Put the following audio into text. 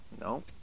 no